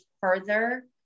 further